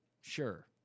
Sure